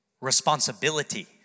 Responsibility